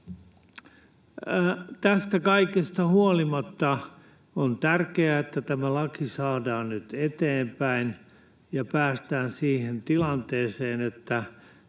Tästä kaikesta huolimatta on tärkeää, että tämä laki saadaan nyt eteenpäin ja päästään siihen tilanteeseen, että